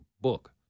book